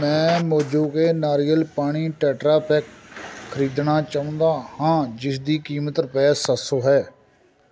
ਮੈਂ ਮੋਜੋਕੋ ਨਾਰੀਅਲ ਪਾਣੀ ਟੈਟਰਾ ਪੈਕ ਖਰੀਦਣਾ ਚਾਹੁੰਦਾ ਹਾਂ ਜਿਸ ਦੀ ਕੀਮਤ ਰੁਪਏ ਸੱਤ ਸੌ ਹੈ